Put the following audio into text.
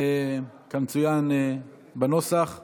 כמצוין בנוסח ובהחלטה.